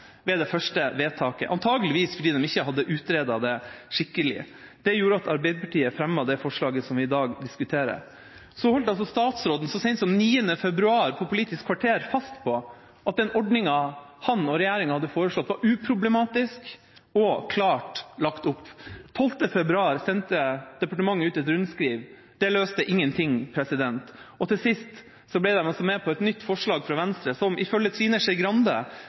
det første vedtaket – antakeligvis fordi de ikke hadde utredet det skikkelig. Det gjorde at Arbeiderpartiet fremmet forslaget som vi i dag diskuterer. Så holdt statsråden så sent som 9. februar på Politisk kvarter fast på at den ordningen han og regjeringa hadde foreslått, var uproblematisk og klart lagt opp. 12. februar sendte departementet ut et rundskriv. Det løste ingenting. Til sist ble de med på et nytt forslag fra Venstre, som de ifølge Trine Skei Grande